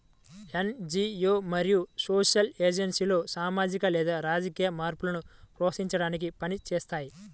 NGO మరియు social ఏజెన్సీలు సామాజిక లేదా రాజకీయ మార్పును ప్రోత్సహించడానికి పని చేస్తాయి